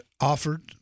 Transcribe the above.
offered